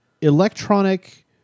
electronic